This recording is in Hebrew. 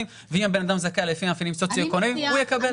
ואם הבן אדם זכאי לפי מאפיינים סוציואקונומיים הוא יקבל.